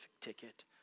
ticket